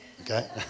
okay